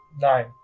Nine